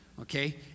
Okay